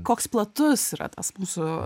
koks platus yra tas mūsų